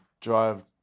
drive